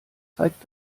zeigt